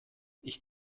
ich